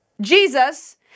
Jesus